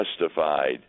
justified